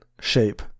shape